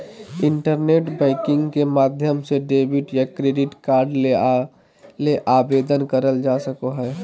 internet banking के माध्यम से डेबिट या क्रेडिट कार्ड ले आवेदन करल जा सको हय